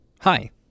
Hi